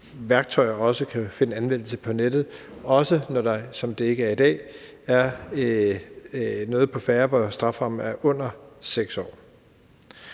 værktøjer også kan finde anvendelse på nettet, også når der – som det ikke er i dag – er noget på færde, hvor strafferammen er under 6 år.